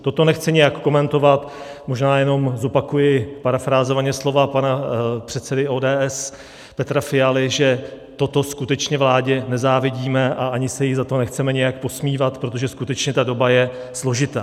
Toto nechci nijak komentovat, možná jenom zopakuji parafrázovaně slova pana předsedy ODS Petra Fialy, že toto skutečně vládě nezávidíme a ani se jí za to nechceme nějak posmívat, protože skutečně ta doba je složitá.